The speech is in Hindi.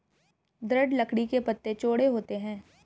दृढ़ लकड़ी के पत्ते चौड़े होते हैं